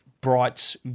brights